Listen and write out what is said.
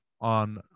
on